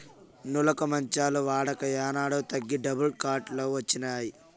నులక మంచాల వాడక ఏనాడో తగ్గి డబుల్ కాట్ లు వచ్చినాయి